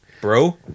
bro